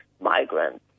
migrants